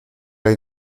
hay